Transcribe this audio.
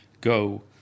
go